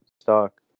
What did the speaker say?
stock